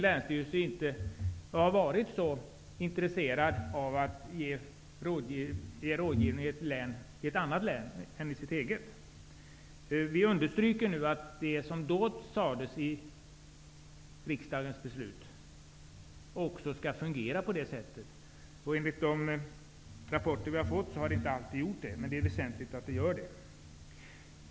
Länsstyrelserna har ju inte varit intresserade av att ge rådgivning i andra län än det egna länet. Utskottet understryker att det som framkom i det tidigare riksdagsbeslutet också skall gälla nu. Enligt de rapporter som har inkommit har rådgivningen inte alltid fungerat -- och det är väsentligt att den gör det.